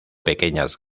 pequeñas